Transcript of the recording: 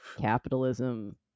capitalism